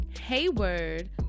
Hayward